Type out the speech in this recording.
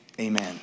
Amen